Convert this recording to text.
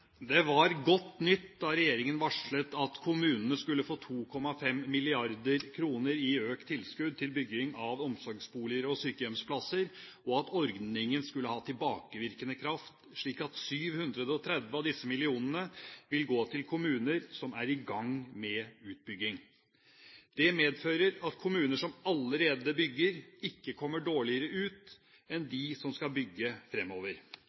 Det var godt nytt da regjeringen varslet at kommunene skulle få 2,5 mrd. kr i økt tilskudd til bygging av omsorgsboliger og sykehjemsplasser, og at ordningen skulle ha tilbakevirkende kraft, slik at 730 av disse millionene vil gå til kommuner som er i gang med utbygging. Det medfører at kommuner som allerede bygger, ikke kommer dårligere ut enn de som skal bygge